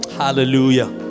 hallelujah